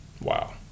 wow